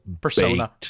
persona